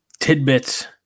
Tidbits